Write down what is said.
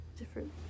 different